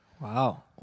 Wow